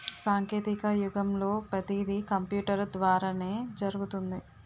సాంకేతిక యుగంలో పతీది కంపూటరు ద్వారానే జరుగుతుంది